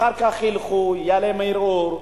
אחר כך ילכו ויהיה עליהן ערעור,